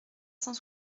cent